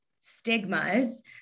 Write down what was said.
stigmas